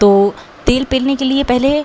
तो तेल पेरने के लिए पहले